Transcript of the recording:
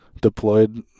deployed